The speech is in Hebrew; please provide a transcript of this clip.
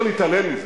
אני אגיד: